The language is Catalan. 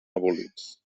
abolits